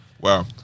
Wow